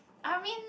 I mean